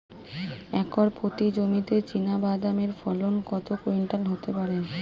Acre প্রতি জমিতে চীনাবাদাম এর ফলন কত কুইন্টাল হতে পারে?